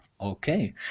Okay